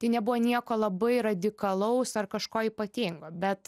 tai nebuvo nieko labai radikalaus ar kažko ypatingo bet